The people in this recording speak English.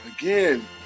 Again